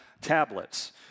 tablets